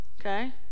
Okay